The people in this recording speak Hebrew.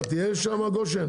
אתה תהיה שם גושן?